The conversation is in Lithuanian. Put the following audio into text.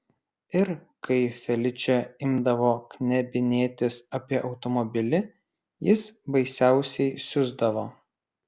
ir kai feličė imdavo knebinėtis apie automobilį jis baisiausiai siusdavo